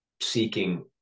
seeking